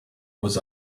was